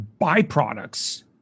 byproducts